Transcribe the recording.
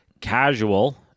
Casual